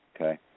okay